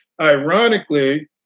Ironically